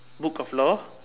book of law